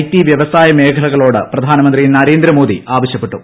T ് ക്യൂവസായ മേഖലകളോട് പ്രധാനമന്ത്രി നരേന്ദ്ര മോദി ആവശ്യ്പ്പെട്ടു